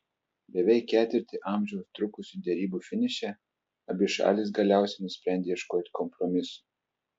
beveik ketvirtį amžiaus trukusių derybų finiše abi šalys galiausiai nusprendė ieškoti kompromisų